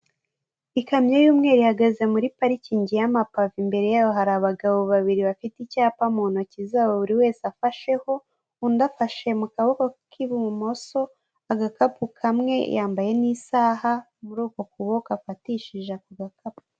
Ikamyo y'umweru ihagaze muri parikingi y'amapave, imbere yaho hari abagabo babiri bafite icyapa mu ntoki zabo buri wese afasheho, undi afashe mu kaboko k'ibumoso agakapu kamwe, yambaye n'isaha muri uko kuboko afatishije ako gakapu.